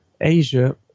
Asia